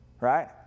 right